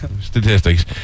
Statistics